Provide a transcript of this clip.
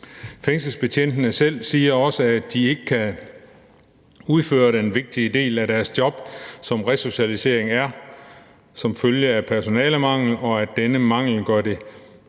Fængselsbetjentene selv siger også, at de ikke kan udføre den vigtige del af deres job, som resocialisering er, som følge af personalemangel, og at denne mangel gør, at